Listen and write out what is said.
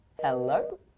Hello